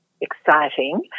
exciting